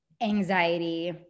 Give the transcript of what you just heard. anxiety